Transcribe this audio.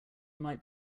might